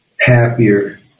happier